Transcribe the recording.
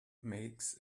makes